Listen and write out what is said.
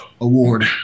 Award